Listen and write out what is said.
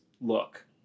look